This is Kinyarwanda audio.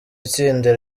itsinda